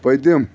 پٔتِم